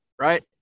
right